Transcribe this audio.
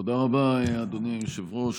תודה רבה, אדוני היושב-ראש.